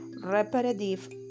repetitive